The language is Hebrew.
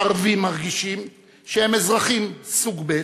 הערבים מרגישים שהם אזרחים סוג ב'